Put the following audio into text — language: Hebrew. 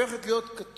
כשראיתי את הכת